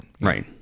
Right